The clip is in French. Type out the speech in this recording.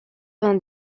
vingt